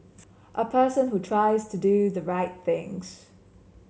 a person who tries to do the right things